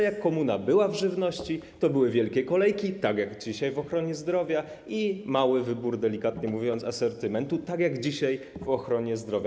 Jak komuna była w żywności, to były wielkie kolejki, tak jak dzisiaj w ochronie zdrowia, i mały, delikatnie mówiąc, wybór asortymentu - tak jak dzisiaj w ochronie zdrowia.